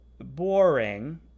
boring